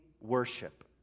worship